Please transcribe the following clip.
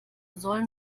soll